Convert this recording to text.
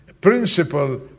principle